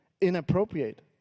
inappropriate